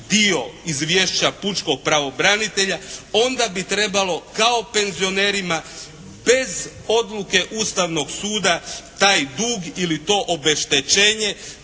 dio Izvješća pučkog pravobranitelja onda bi trebalo kao penzionerima bez odluke Ustavnog suda taj dug ili to obeštećenje